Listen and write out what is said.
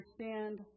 understand